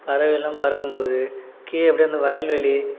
பறவை எல்லாம் பறக்கும் போது கீழே அப்படியே அந்த வயல்வெளி